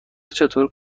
چطور